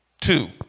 Two